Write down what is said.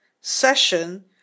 session